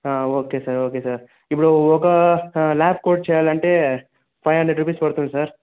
okay sir okay sir ఇప్పుడు ఒక large coat చేయాలంటే ఫైవ్ హండ్రడ్ రూపీస్ పడుతుంది సార్